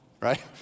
right